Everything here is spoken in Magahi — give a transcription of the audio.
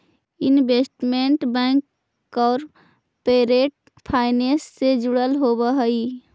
इन्वेस्टमेंट बैंक कॉरपोरेट फाइनेंस से जुड़ल होवऽ हइ